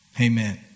Amen